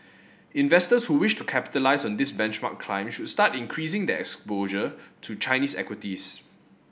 investors who wish to capitalise on this benchmark climb should start increasing their exposure to Chinese equities